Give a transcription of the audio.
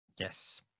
Yes